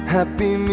Happy